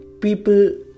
people